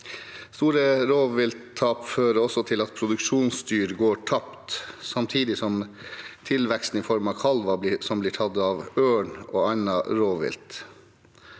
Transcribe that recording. Store rovvilttap fører også til at produksjonsdyr går tapt, samtidig som tilveksten i form av kalver blir tatt av ørn og annet rovvilt.